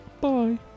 bye